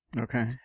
Okay